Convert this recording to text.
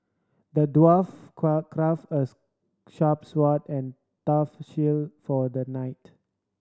the dwarf crafted a sharp sword and a tough shield for the knight